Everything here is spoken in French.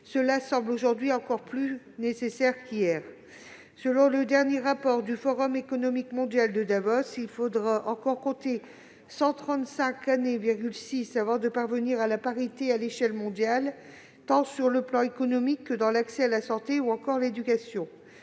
Cela semble, aujourd'hui, plus encore nécessaire qu'hier. Selon le dernier rapport du forum économique mondial de Davos, il faudra encore compter 135,6 années avant de parvenir à la parité à l'échelle mondiale, tant sur le plan économique que dans l'accès à la santé ou encore à l'éducation.